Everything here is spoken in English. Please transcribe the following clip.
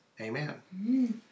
Amen